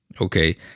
okay